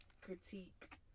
critique